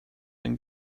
and